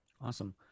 Awesome